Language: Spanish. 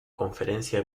conferencia